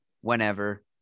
whenever